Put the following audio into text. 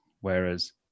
whereas